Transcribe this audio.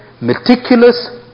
Meticulous